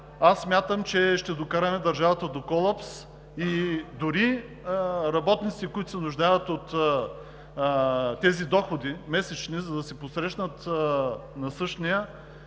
аз смятам, че ще докараме държавата до колапс. Дори работниците, които се нуждаят от тези месечни доходи, за да си посрещнат насъщния,